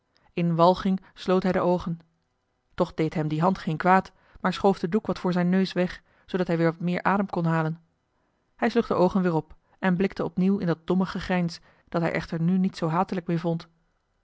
in walging sloot hij de oogen toch deed hem die hand geen kwaad maar schoof den doek wat voor zijn neus weg zoodat hij weer wat meer adem kon halen hij sloeg de oogen weer op en blikte opnieuw in dat domme gegrijns dat hij echter nu niet zoo hatelijk meer vond